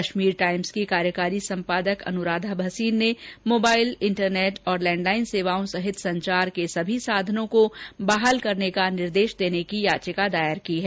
Kashmir Times की कार्यकारी संपादक अनुराधा भसीन ने मोबाइल इंटरनेट और लैंडलाइन सेवाओं सहित संचार के सभी साधनों को बहाल करने का निर्देश देने की याचिका दायर की है